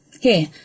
Here